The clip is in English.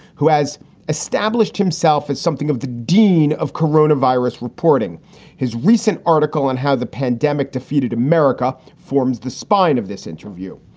who has established himself as something of the dean of coronavirus, reporting his recent article on how the pandemic defeated america forms the spine of this interview.